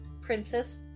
Princess